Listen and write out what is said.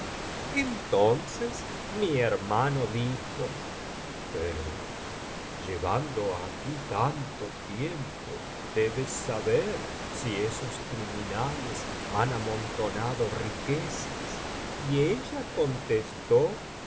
entonces mi hermano dijo pero llevando aquí tanto tiempo debes saber si esos criminales han amontonado riquezas y ella contestó